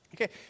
Okay